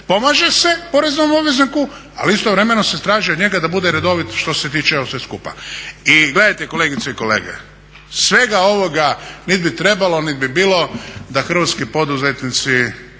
pomaže se poreznom obvezniku ali istovremeno se traži od njega da bude redovit što se tiče ovog sveg skupa. I gledajte kolegice i kolege, svega ovoga nit bi trebalo nit bi bilo da hrvatski poduzetnici